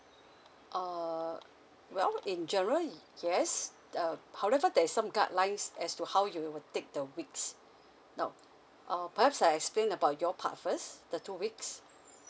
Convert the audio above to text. err okay well in general yes uh however there is some guidelines as to how you will take the weeks now uh perhaps I explain about your part first the two weeks